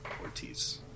Ortiz